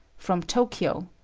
from tokyo.